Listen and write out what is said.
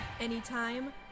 anytime